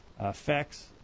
effects